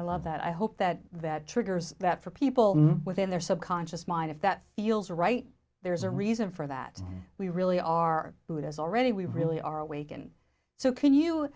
i love that i hope that that triggers that for people not within their subconscious mind if that feels right there's a reason for that we really are buddhas already we really are awaken so can you